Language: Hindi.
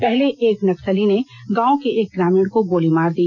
पहले एक नक्सली ने गांव के एक ग्रामीण को गोली मार दी